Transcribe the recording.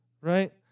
right